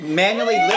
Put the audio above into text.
manually